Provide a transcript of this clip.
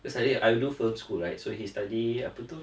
because I did I do film school right so he study apa tu